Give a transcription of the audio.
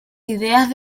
ideas